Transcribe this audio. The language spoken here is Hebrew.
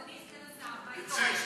אדוני סגן השר, מה היתרון,